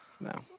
No